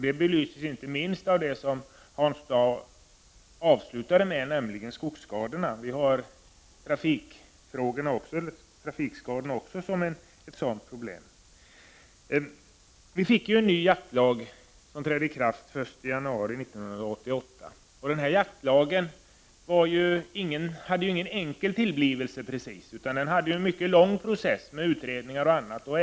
Det belyses inte minst av förekomsten av skogsskador, som Hans Dau avslutningsvis berörde. Också trafikskadorna är ett problem i detta sammanhang. Vi har fått en ny jaktlag, som trädde i kraft den 1 januari 1988. Lagens tillblivelse var inte enkel, utan den föregicks av en mycket lång process i form av utredningar osv.